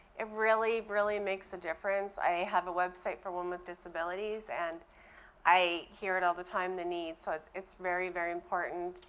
it really, really makes a difference. i have a website for women with disabilities and i hear it all the time, the needs. so it's it's very, very important.